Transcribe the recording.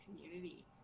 community